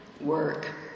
work